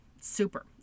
super